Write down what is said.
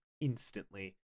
instantly